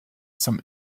some